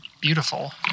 beautiful